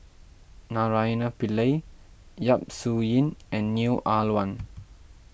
Naraina Pillai Yap Su Yin and Neo Ah Luan